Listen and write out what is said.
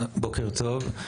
בוקר טוב.